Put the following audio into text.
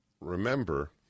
Remember